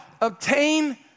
Obtain